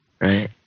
Right